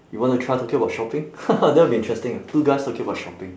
you want to try talking about shopping that would be interesting ah two guys talking about shopping